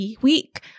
week